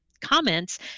comments